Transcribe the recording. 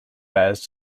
heirs